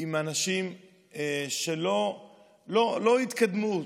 עם אנשים שלא התקדמו,